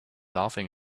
laughing